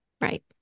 Right